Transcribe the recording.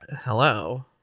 Hello